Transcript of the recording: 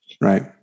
right